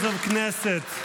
(מחיאות כפיים) Members of Knesset,